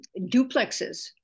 duplexes